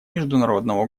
международного